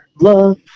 love